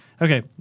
Okay